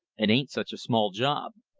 it ain't such a small job.